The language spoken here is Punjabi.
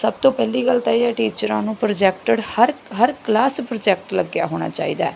ਸਭ ਤੋਂ ਪਹਿਲੀ ਗੱਲ ਤਾਂ ਇਹ ਆ ਟੀਚਰਾਂ ਨੂੰ ਪ੍ਰੋਜੈਕਟਡ ਹਰ ਹਰ ਕਲਾਸ ਪ੍ਰੋਜੈਕਟ ਲੱਗਿਆ ਹੋਣਾ ਚਾਹੀਦਾ